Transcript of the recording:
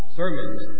sermons